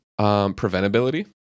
Preventability